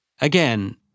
Again